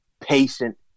patient